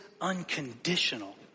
unconditional